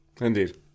Indeed